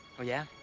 oh yeah?